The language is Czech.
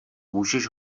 můžeš